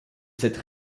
cette